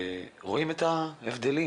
רואים את ההבדלים